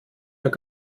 mehr